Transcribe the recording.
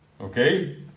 Okay